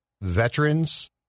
veterans